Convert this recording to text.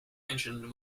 engines